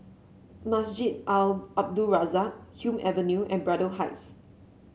Masjid Al Abdul Razak Hume Avenue and Braddell Heights